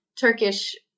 Turkish